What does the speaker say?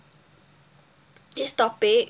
this topic